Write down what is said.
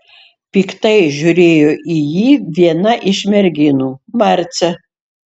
piktai žiūrėjo į jį viena iš merginų marcė